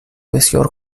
بسیار